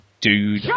dude